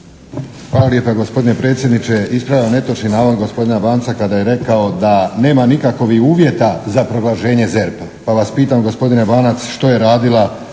Hvala lijepa gospodine predsjedniče. Ispravljam netočni navod gospodina Banca kada je rekao da nema nikakovih uvjeta za proglašenje ZERP-a, pa vas pitam gospodine Banac što je radila